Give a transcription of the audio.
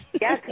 Yes